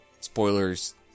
Spoilers